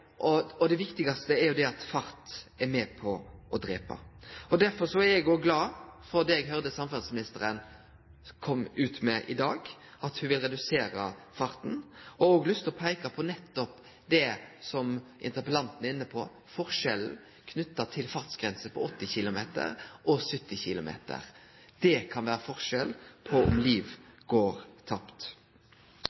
tek opp. Det viktigaste er at fart er med på å drepe. Derfor er eg glad for det eg høyrde samferdselsministeren kom med i dag, at ho vil redusere farten. Eg har òg lyst til å peike på – nettopp det interpellanten er inne på – forskjellen knytt til ei fartsgrense på 80 km/t og ei fartsgrense på 70 km/t. Det kan utgjere forskjellen på om liv